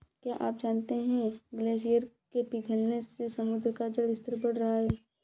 क्या आप जानते है ग्लेशियर के पिघलने से समुद्र का जल स्तर बढ़ रहा है?